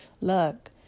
look